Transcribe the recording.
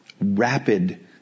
rapid